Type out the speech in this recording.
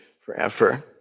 forever